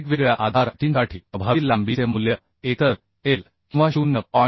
वेगवेगळ्या आधार अटींसाठी प्रभावी लांबीचे मूल्य एकतर L किंवा 0